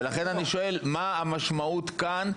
לכן אני שואל מה המשמעות כאן,